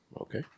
Okay